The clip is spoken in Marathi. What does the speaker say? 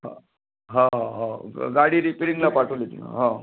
हव हव ग गाडी रिपेरिंगला पाठवली होती हो